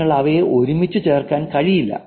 നിങ്ങൾക്ക് അവയെ ഒരുമിച്ച് ചേർക്കാൻ കഴിയില്ല